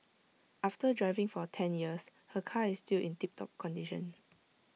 after driving for ten years her car is still in tip top condition